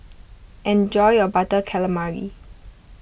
enjoy your Butter Calamari